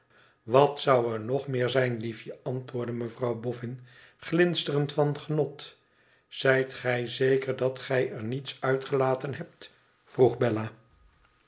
wat zou er nog meer zijn liefje antwoordde mevrouw bofibn glinsterend van genot tzijt gij zeker dat gij er niets uitgelaten hebt vroeg beua